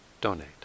donate